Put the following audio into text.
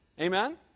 Amen